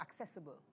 accessible